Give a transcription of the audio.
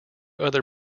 other